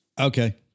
Okay